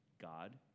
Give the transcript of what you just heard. God